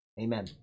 Amen